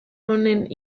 honen